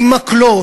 עם מקלות,